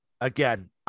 again